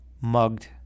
mugged